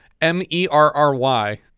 M-E-R-R-Y